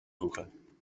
voegen